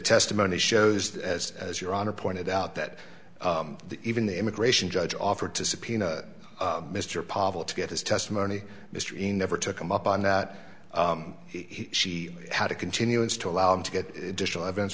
testimony shows as as your honor pointed out that even the immigration judge offered to subpoena mr pavol to get his testimony mystery never took him up on that he she had a continuance to allow him to get additional evidence